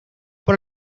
por